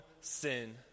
sin